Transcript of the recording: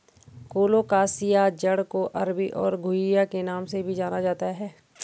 colocasia जड़ को अरबी और घुइआ के नाम से भी जाना जाता है